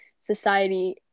society